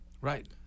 right